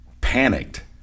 panicked